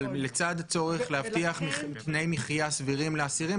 אבל לצד צורך להבטיח תנאי מחיה סבירים לאסירים,